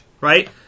right